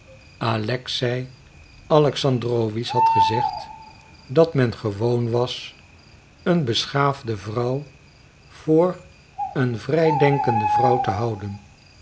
alexei alexandrowitsch had gezegd dat men gewoon was een beschaafde vrouw voor een vrijdenkende vrouw te houden